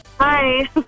Hi